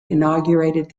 inaugurated